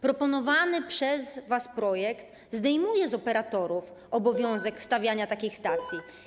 Proponowany przez was projekt zdejmuje z operatorów obowiązek stawiania takich stacji.